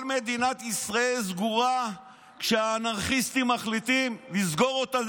כל מדינת ישראל סגורה כשאנרכיסטים מחליטים לסגור אותה.